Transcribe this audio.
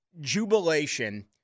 jubilation